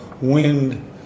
wind